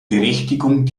berichtigung